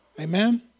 Amen